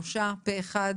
הצבעה בעד, שלושה נגד,